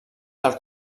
del